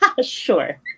Sure